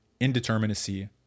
indeterminacy